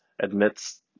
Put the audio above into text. admits